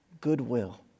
goodwill